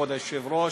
כבוד היושב-ראש,